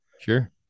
Sure